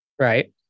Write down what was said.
Right